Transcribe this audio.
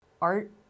Art